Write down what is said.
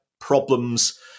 problems